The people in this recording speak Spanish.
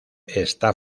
está